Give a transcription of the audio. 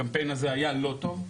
הקמפיין הזה היה לא טוב.